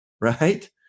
right